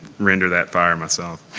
render that fire myself.